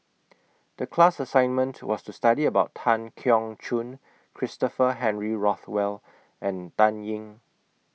The class assignment was to study about Tan Keong Choon Christopher Henry Rothwell and Dan Ying